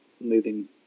moving